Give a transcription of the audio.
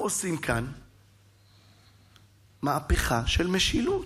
אבל בוא נגיד את האמת: אנחנו עושים כאן מהפכה של משילות,